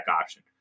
option